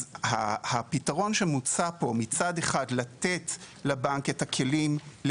אז הפתרון שמוצע פה זה מצד אחד לתת לבנק את הכלים כדי